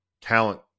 talent